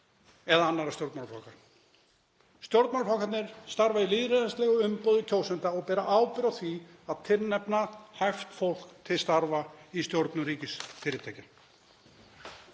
eða annarra stjórnmálaflokka. Stjórnmálaflokkarnir starfa í lýðræðislegu umboði kjósenda og bera ábyrgð á því að tilnefna hæft fólk til starfa í stjórnum ríkisfyrirtækja.